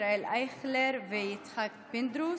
ישראל אייכלר ויצחק פינדרוס,